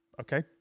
Okay